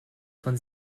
von